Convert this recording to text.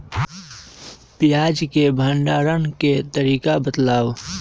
प्याज के भंडारण के तरीका बताऊ?